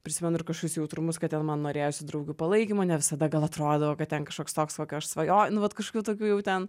prisimenu ir kažkokius jautrumus kad ten man norėjosi draugių palaikymo ne visada gal atrodydavo kad ten kažkoks toks va ką aš svajoj nu vat kažkokių tokių jau ten